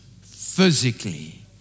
physically